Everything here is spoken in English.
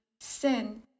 sin